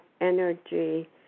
energy